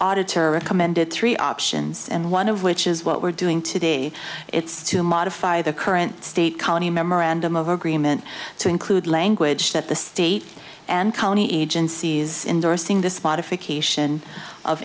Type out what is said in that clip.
auditor recommended three options and one of which is what we're doing today it's to modify the current state county memorandum of agreement to include language that the state and county agencies endorsing this modification of